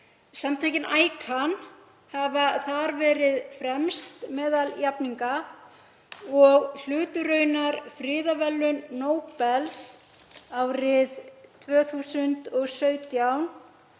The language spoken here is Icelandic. Samtökin ICAN hafa þar verið fremst meðal jafninga og hlutu raunar friðarverðlaun Nóbels árið 2017